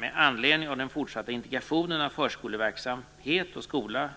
Med anledning av den fortsatta integrationen av förskoleverksamhet, skola